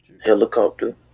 Helicopter